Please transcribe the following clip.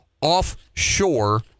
offshore